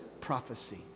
prophecy